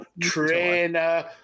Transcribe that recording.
trainer